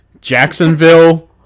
Jacksonville